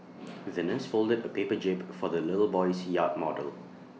the nurse folded A paper jib for the little boy's yacht model